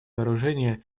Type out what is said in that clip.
вооружения